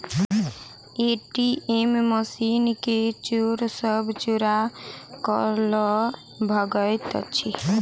ATM machine के चोर सब चोरा क ल भगैत अछि